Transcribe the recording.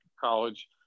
college